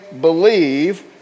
believe